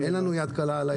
אין לנו יד קלה על ההדק.